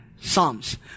Psalms